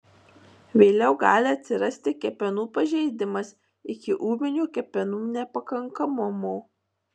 vėliau gali atsirasti kepenų pažeidimas iki ūminio kepenų nepakankamumo